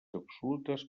absolutes